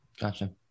Gotcha